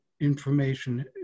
information